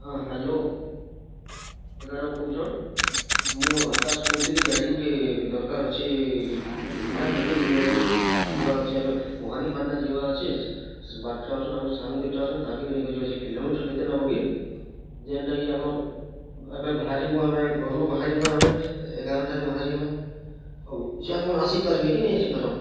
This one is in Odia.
ହଁ ହ୍ୟାଲୋ କେଦାର ବାବୁ କହୁଛନ୍ ମୁଁ ଆକାଶ କହୁଥିଲି ଗାଡ଼ି ଗୁଟେ ଦରକାର ଅଛି ଭଡ଼ା କେତେ ନେବକି ଯିବା ଆସିବା ଭବାନୀପଟଣା ଯିବା ଅଛି ବାଟଘାଟ୍ରୁ ଆମ ସାଙ୍ଗ ଦୁଇଟା ଅଛନ୍ତି ତାଙ୍କେ ବି ନେଇ କି ଯିବା ଅଛି କିଲୋମିଟର କେତେ ନେବ କି ଯେନ୍ତା କି ଆମର୍ ଏବେ ବାହାରିବୁ ଆମେ ଘରୁ ବାହାରିବା ଆମେ ଏଗାରଟାରେ ବାହାରିବା ହଉ ଯେ ଆପଣ ଆସି ପାରିବେ କି ନାଇ ଆସି ପାର୍ବା